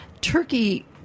turkey